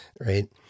right